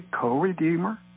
co-redeemer